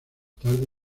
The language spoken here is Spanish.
tarde